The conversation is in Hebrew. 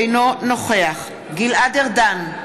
אינו נוכח גלעד ארדן,